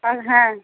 আর হ্যাঁ